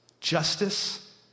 justice